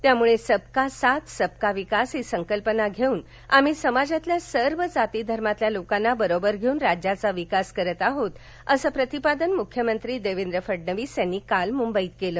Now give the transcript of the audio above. त्यामुळे सबका साथ सबका विकास ही संकल्पना घेऊन आम्ही समाजातील सर्व जाती धर्मातील लोकांना बरोबर घेऊन राज्याचा विकास करीत आहोत असं प्रतिपादन मुख्यमंत्री देवेंद्र फडणवीस यांनी काल मुंबईत केले